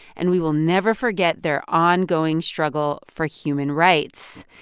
and we will never forget their ongoing struggle for human rights.